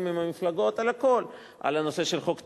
עם המפלגות על הכול: על הנושא של חוק טל,